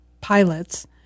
pilots